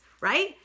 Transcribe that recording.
right